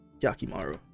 Yakimaru